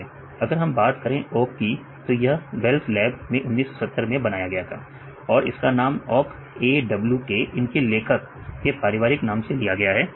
देखिए अगर हम बात करते हैं ओक की तो यह बेल् लैब में 1970 में बनाया गया था और इसका नाम a w k इनके लेखक के पारिवारिक नाम से लिया गया था